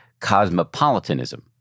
cosmopolitanism